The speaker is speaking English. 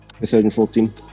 2014